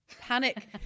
panic